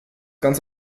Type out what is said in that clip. ganz